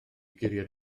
guriad